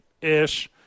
ish